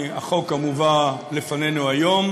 מהחוק המובא בפנינו היום